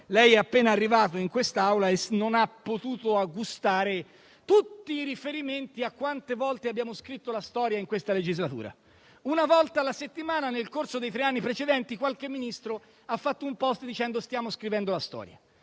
lei è appena arrivato in quest'Aula e non ha potuto gustare tutti i riferimenti a quante volte abbiamo scritto la storia in questa legislatura: una volta alla settimana nel corso dei tre anni precedenti qualche Ministro ha fatto un *post* dicendo che stava scrivendo la storia.